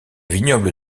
vignoble